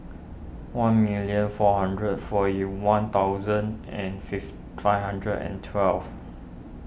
one million four hundred forty one thousand and fifth five hundred and twelve